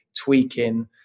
tweaking